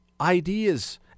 ideas